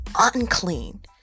unclean